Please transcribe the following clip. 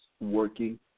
working